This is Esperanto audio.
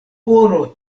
oro